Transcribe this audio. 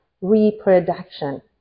Reproduction